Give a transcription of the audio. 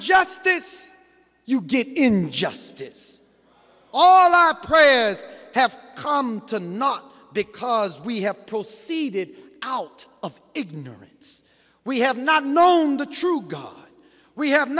justice you get injustice all our prayers have come to not because we have full seeded out of ignorance we have not known the true god we have